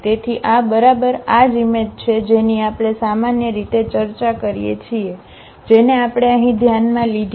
તેથી આ બરાબર આ જ ઇમેજ છે જેની આપણે સામાન્ય રીતે ચર્ચા કરીએ છીએ જેને આપણે અહીં ધ્યાનમાં લીધી છે